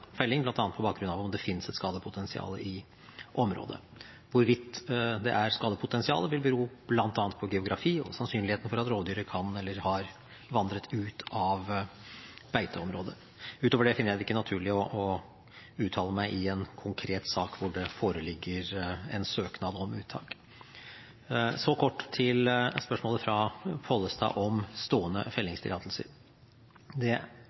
et skadepotensial i området. Hvorvidt det er skadepotensial, vil bero bl.a. på geografi og sannsynligheten for at rovdyret har vandret ut av beiteområdet. Utover det finner jeg det ikke naturlig å uttale meg i en konkret sak hvor det foreligger en søknad om uttak. Så kort til spørsmålet fra Pollestad om stående